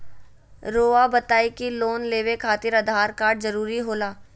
रौआ बताई की लोन लेवे खातिर आधार कार्ड जरूरी होला?